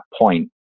point